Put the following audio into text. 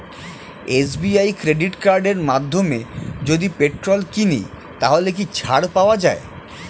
SBI credit কার্ডের মাধ্যমে যদি পেট্রোল কিনি তাহলে কি ছাড় পাওয়া যায়?